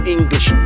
English